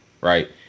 right